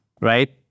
Right